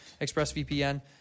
ExpressVPN